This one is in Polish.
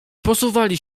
posuwali